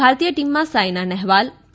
ભારતીય ટીમમાં સાયના નહેવાલ પી